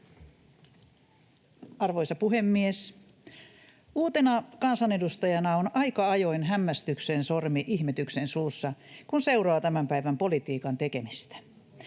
Arvoisa puhemies! Uutena kansanedustajana on aika ajoin hämmästyksen sormi ihmetyksen suussa, kun seuraa tämän päivän politiikan tekemistä.